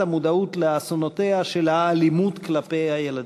המודעות לאסונותיה של האלימות כלפי הילדים.